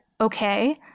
okay